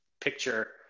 picture